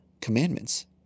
commandments